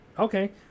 Okay